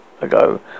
ago